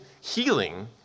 healing